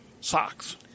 Socks